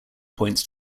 points